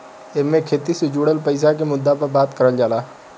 एईमे खेती से जुड़ल पईसा के मुद्दा पर बात करल जाला